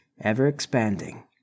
ever-expanding